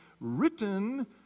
written